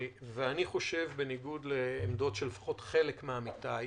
ובניגוד לעמדות של חלק מעמיתיי לפחות,